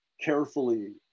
carefully